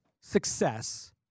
success